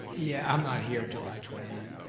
yeah, i'm not here july twenty nine.